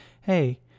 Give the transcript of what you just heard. hey